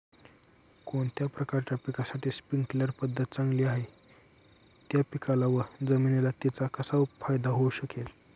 कोणत्या प्रकारच्या पिकासाठी स्प्रिंकल पद्धत चांगली आहे? त्या पिकाला व जमिनीला तिचा कसा फायदा होऊ शकेल?